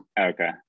Okay